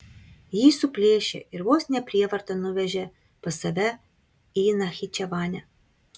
jį suplėšė ir vos ne prievarta nuvežė pas save į nachičevanę